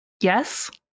Yes